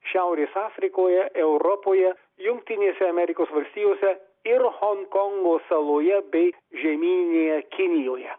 šiaurės afrikoje europoje jungtinėse amerikos valstijose ir honkongo saloje bei žemyninėje kinijoje